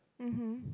mmhmm